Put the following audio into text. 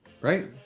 right